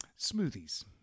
smoothies